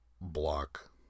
block